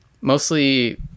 mostly